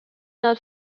not